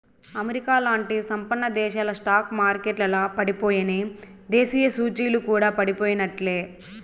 అమెరికాలాంటి సంపన్నదేశాల స్టాక్ మార్కెట్లల పడిపోయెనా, దేశీయ సూచీలు కూడా పడిపోయినట్లే